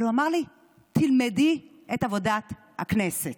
אבל הוא אמר לי: תלמדי את עבודת הכנסת.